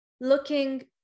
looking